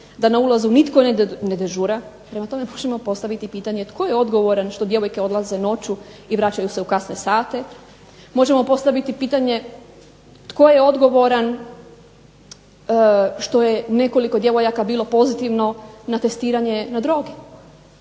da na ulazu nitko ne dežura, prema tome možemo postaviti pitanje tko je odgovoran što djevojke odlaze noću i vraćaju se u kasne sate? Možemo postaviti pitanje tko je odgovoran što je nekoliko djevojaka bilo pozitivno na testiranje na droge?